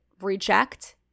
reject